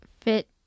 fit